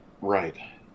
right